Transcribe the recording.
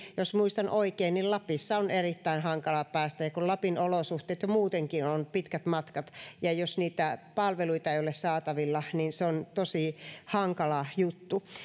jos muistan oikein niin lapissa on erittäin hankala päästä ja lapin olosuhteissa jo muutenkin kun on pitkät matkat jos niitä palveluita ei ole saatavilla niin se on tosi hankala juttu